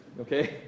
okay